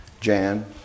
Jan